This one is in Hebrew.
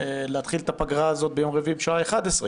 להתחיל את הפגרה הזאת לפחות ביום רביעי בשעה 11:00,